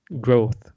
growth